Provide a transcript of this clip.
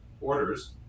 orders